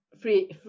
free